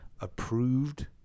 approved